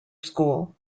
school